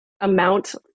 amount